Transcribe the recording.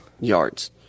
yards